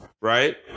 right